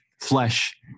flesh